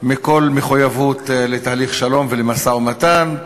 מכל מחויבות לתהליך שלום ולמשא-ומתן.